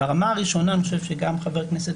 ברמה הראשונה אני חושב שגם חבר הכנסת